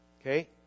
Okay